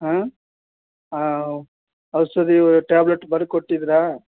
ಹಾಂ ಔಷಧಿ ಟ್ಯಾಬ್ಲೆಟ್ ಬರ್ಕೊಟ್ಟಿದೀರ